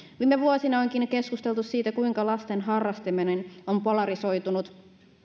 viime vuosina onkin keskusteltu siitä kuinka lasten harrastaminen on polarisoitunut